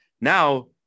now